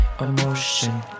emotion